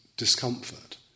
discomfort